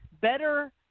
better